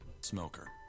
Smoker